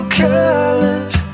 colors